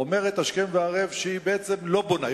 אומרת השכם והערב שהיא בעצם לא בונה.